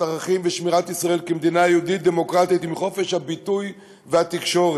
ערכים ושמירת ישראל כמדינה יהודית ודמוקרטית עם חופש הביטוי והתקשורת.